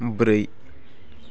ब्रै